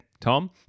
Tom